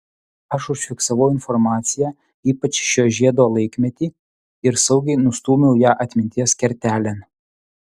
aš užfiksavau informaciją ypač šio žiedo laikmetį ir saugiai nustūmiau ją atminties kertelėn